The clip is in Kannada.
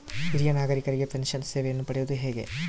ಹಿರಿಯ ನಾಗರಿಕರಿಗೆ ಪೆನ್ಷನ್ ಸೇವೆಯನ್ನು ಪಡೆಯುವುದು ಹೇಗೆ?